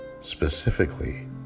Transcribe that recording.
specifically